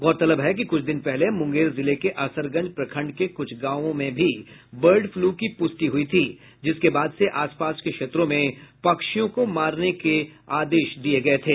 गौरतलब है कि कुछ दिन पहले मुंगेर जिले के असरगंज प्रखंड के कुछ गांवों में भी बर्ड फ्लू की पुष्टि हुई थी जिसके बाद से आसपास के क्षेत्रों में पक्षियों को मारने का आदेश दिये गये थे